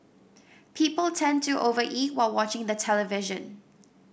people tend to over eat while watching the television